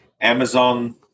Amazon